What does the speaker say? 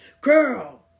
Girl